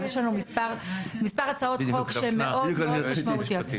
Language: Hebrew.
אז יש לנו מספר הצעות חוק שמאוד מאוד משמעותיות.